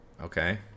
Okay